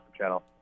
channel